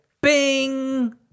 bing